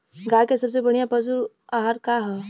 गाय के सबसे बढ़िया पशु आहार का ह?